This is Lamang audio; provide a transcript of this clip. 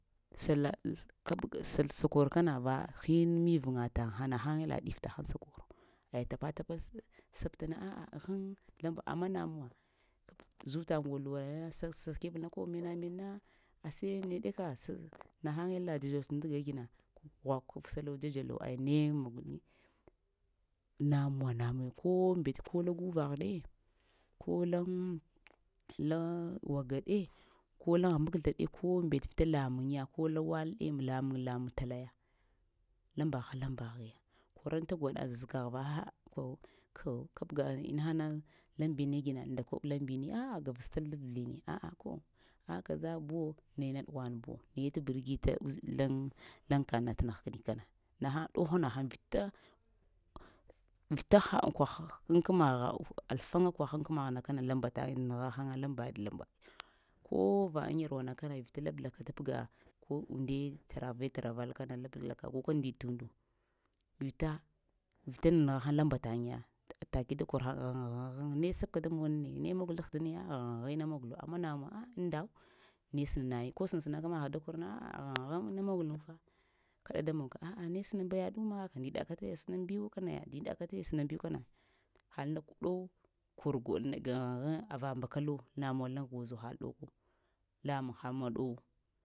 Sallah kəbga sa-sakwor kana va hin mivəŋa taŋ nahəŋ ye la dif təhəŋ səkoro aya tapa-tapa, səptana a'a aghŋ laŋ-mbaɗ amma namuwa zuta gol luwaya sa mena mena ashe neɗeka nahaŋe la dzadzodz tund kaya gina ghwək kəf'kəsalo dzalo aya ne mog namuwa-namuwe ko mbete ko la guvagh ɗe, ko laŋ-la wagga ɗe ko laŋ hambak'zlaɗe ko mbet vita lamruŋe na ko laŋ wal-ɗe lamuŋ-lamuŋ talaya laŋ-mbagh-laŋmbaghiya koranta gwaɗa zakəghva a'h kow-kow kabəga inahana laŋmbine gina nda koɓ laŋmbini a'a gavastal da vəlini a'a ko ah kaza buwo nayana ɗughwanbuwo naye tə bargita laŋ-laŋ kanna tənəgh kəni kana nahən dow nahən vita, vita ha aŋ kwah aŋ kəmagha, alfaŋa kwaha aŋ kamagha na kana laŋmbataŋe nəgha hən laŋmbaɗ ko va aŋ yarwana kan vita lablaka təbga ko unde tareve taravaf al kanana lablaka guka ndiɗ to undu vita-vita nan-nagha hən laŋ mbatayiya to take da kor həŋ aghŋ-aghŋ ne sabka da mone ne mogl ahdini agh-agh inna mogəlo amma namuwa ba ah indaw ne sənaŋ nayiŋ ko səŋ-sənaka ma ha da korna a'a aghŋ-agh inna monulu fa kaɗa da mogka nane sənaŋb yaɗu ah ndiɗa ka taya ba sənaŋ biwo ka naya. Vita ndida ka sənaŋbiw ka naya haka ɗow kor gwaɗ nda kagha agh ava mbaka lu namuwa la gwozo hadu lamuŋ hamuwa ɗow nayu.